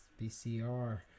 BCR